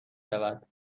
شود